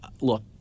Look